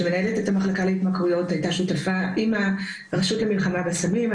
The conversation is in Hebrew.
שמנהלת את המחלקה להתמכרויות הייתה שותפה עם הרשות למלחמה בסמים.